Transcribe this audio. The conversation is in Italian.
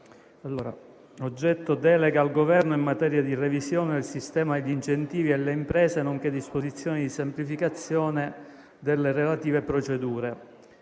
Adolfo ed altri Delega al Governo in materia di revisione del sistema degli incentivi alle imprese, nonché disposizioni di semplificazione delle relative procedure